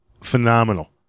phenomenal